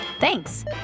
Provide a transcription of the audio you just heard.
Thanks